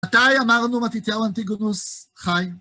מתי אמרנו מתיתיהו אנטיגונוס חי?